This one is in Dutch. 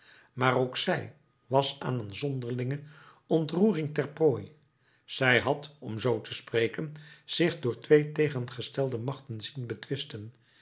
maar ook zij was aan een zonderlinge ontroering ter prooi zij had om zoo te spreken zich door twee tegengestelde machten zien betwisten